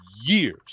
years